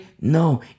no